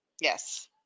Yes